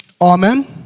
Amen